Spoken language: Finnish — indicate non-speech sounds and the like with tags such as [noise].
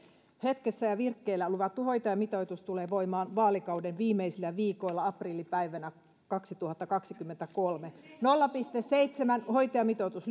hetkessä ja virkkeellä luvattu hoitajamitoitus tulee voimaan vaalikauden viimeisillä viikoilla aprillipäivänä kaksituhattakaksikymmentäkolme nolla pilkku seitsemän hoitajamitoitus [unintelligible]